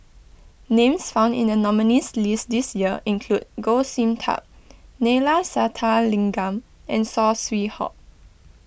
names found in the nominees' list this year include Goh Sin Tub Neila Sathyalingam and Saw Swee Hock